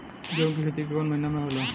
गेहूं के खेती कौन महीना में होला?